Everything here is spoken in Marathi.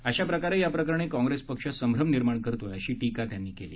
अशा प्रकारे याप्रकरणी काँग्रेस पक्ष संभ्रम निर्माण करत असल्याची टीका त्यांनी केली